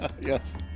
Yes